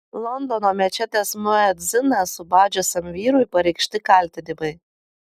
londono mečetės muedziną subadžiusiam vyrui pareikšti kaltinimai